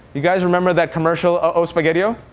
you guys remember that commercial ah oh spaghetti-o?